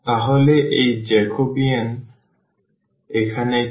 তাহলে এই জ্যাকোবিয়ান এখানে কি